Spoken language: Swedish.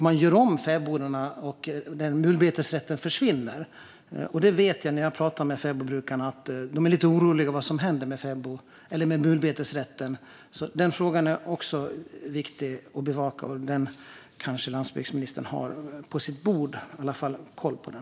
Man gör om fäbodarna, och mulbetesrätten försvinner. När jag pratar med fäbodbrukarna får jag höra att de är lite oroliga över vad som händer med mulbetesrätten. Den frågan är också viktig att bevaka. Landsbygdsministern kanske har den på sitt bord eller har koll på den.